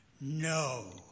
No